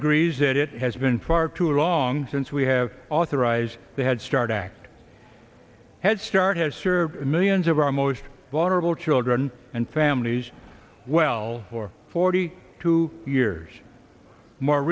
agrees that it has been far too long since we have authorized the head start act head start has served millions of our most vulnerable children and families well for forty two years more